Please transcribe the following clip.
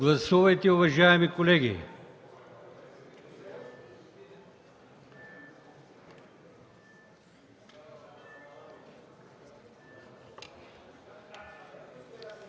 Гласувайте, уважаеми колеги.